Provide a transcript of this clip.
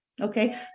Okay